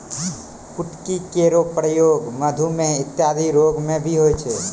कुटकी केरो प्रयोग मधुमेह इत्यादि रोग म भी होय छै